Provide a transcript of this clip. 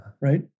right